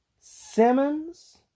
Simmons